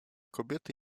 kobiety